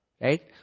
Right